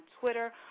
Twitter